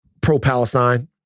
pro-Palestine